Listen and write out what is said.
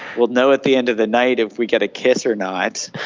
we'll know at the end of the night if we get a kiss or not.